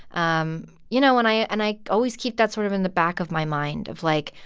um you know, and i and i always keep that sort of in the back of my mind of, like,